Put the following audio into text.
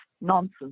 nonsense